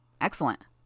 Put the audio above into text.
Excellent